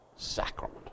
Sacrament